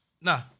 Nah